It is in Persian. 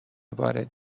وارد